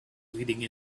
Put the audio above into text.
leading